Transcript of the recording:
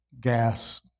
gas